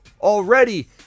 already